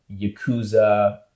yakuza